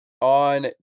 On